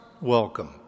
welcome